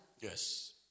Yes